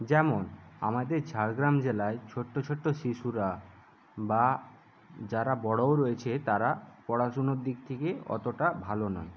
যেমন আমাদের ঝাড়গ্রাম জেলায় ছোট্ট ছোট্ট শিশুরা বা যারা বড়োও রয়েছে তারা পড়াশুনোর দিক থেকে অতটা ভালো নয়